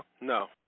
No